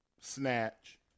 snatch